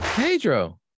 Pedro